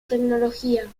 tecnología